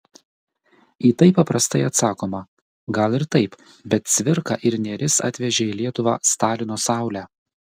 į tai paprastai atsakoma gal ir taip bet cvirka ir nėris atvežė į lietuvą stalino saulę